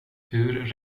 hur